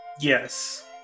yes